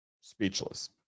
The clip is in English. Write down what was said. Speechless